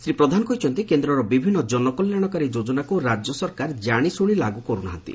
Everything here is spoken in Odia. ଶ୍ରୀ ପ୍ରଧାନ କହିଛନ୍ତି କେନ୍ଦର ବିଭିନ୍ ଜନକଲ୍ୟାଶକାରୀ ଯୋଜନାକୁ ରାଜ୍ୟ ସରକାର ଜାଶିଶୁଶି ଲାଗୁ କରୁ ନାହାନ୍ତି